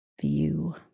view